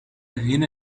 این